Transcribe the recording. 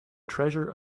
treasure